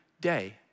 day